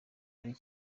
ari